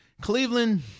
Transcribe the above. Cleveland